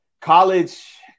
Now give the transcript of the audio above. college